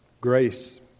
Grace